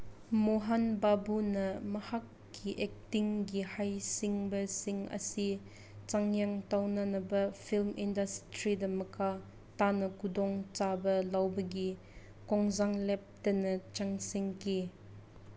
ꯃꯣꯍꯟ ꯕꯥꯕꯨꯅ ꯃꯍꯥꯛꯀꯤ ꯑꯦꯛꯇꯤꯡꯒꯤ ꯍꯩꯁꯤꯡꯕꯁꯤꯡ ꯑꯁꯤ ꯆꯥꯡꯌꯦꯡ ꯇꯧꯅꯅꯕ ꯐꯤꯜꯝ ꯏꯟꯗꯁꯇ꯭ꯔꯤꯗ ꯃꯈꯥ ꯇꯥꯅ ꯈꯨꯗꯣꯡꯆꯥꯕ ꯂꯧꯕꯒꯤ ꯈꯣꯡꯖꯪ ꯂꯦꯞꯇꯅ ꯆꯪꯁꯤꯟꯈꯤ